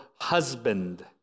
husband